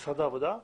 שאלה.